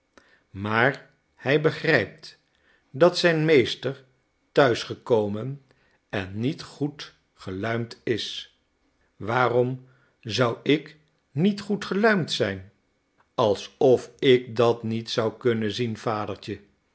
maar hij begrijpt dat zijn meester thuis gekomen en niet goed geluimd is waarom zou ik niet goed geluimd zijn alsof ik dat niet zou kunnen zien